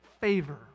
favor